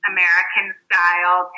American-style